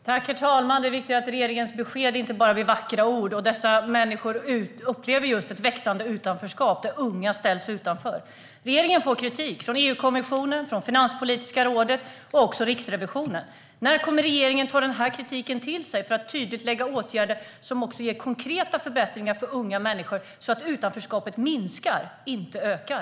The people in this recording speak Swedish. Herr talman! Det är viktigt att regeringens besked inte förblir bara vackra ord. Dessa människor upplever ett växande utanförskap där unga ställs utanför. Regeringen får kritik från EU-kommissionen, från Finanspolitiska rådet och även från Riksrevisionen. När kommer regeringen att ta den här kritiken till sig för att tydligt lägga fram åtgärder som ger konkreta förbättringar för unga människor så att utanförskapet minskar, inte ökar?